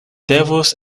devus